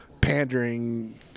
pandering